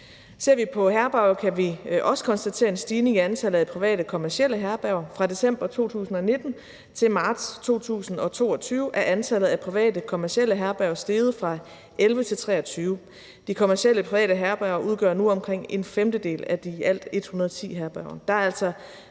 Ser vi på herberger, kan vi også konstatere en stigning i antallet af private kommercielle herberger. Fra december 2019 til marts 2022 er antallet af private kommercielle herberger steget fra 11 til 23. De private kommercielle herberger udgør nu omkring en femtedel af de i alt 110 herberger. Der er altså